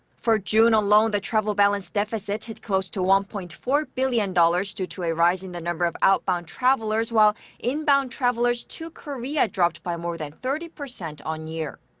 for june alone, the travel balance deficit hit close to one point four billion dollars due to a rise in the number of outbound travelers, while inbound travelers to korea dropped by more than thirty percent on-year.